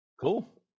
cool